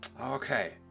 Okay